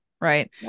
Right